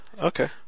okay